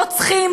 רוצחים,